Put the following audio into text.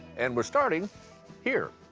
and we're starting here.